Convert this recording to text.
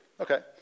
Okay